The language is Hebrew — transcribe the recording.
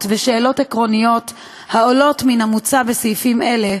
ושאלות עקרוניות העולות מן המוצע בסעיפים אלה,